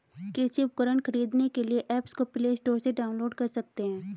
कृषि उपकरण खरीदने के लिए एप्स को प्ले स्टोर से डाउनलोड कर सकते हैं